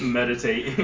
meditate